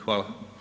Hvala.